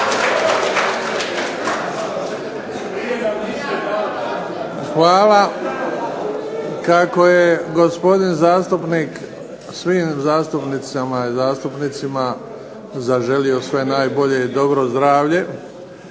Hvala. Kako je gospodin zastupnik svim zastupnicima i zastupnicama zaželio sve najbolje i dobro zdravlje,